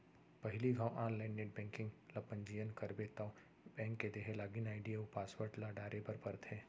पहिली घौं online net banking ल पंजीयन करबे तौ बेंक के देहे लागिन आईडी अउ पासवर्ड ल डारे बर परथे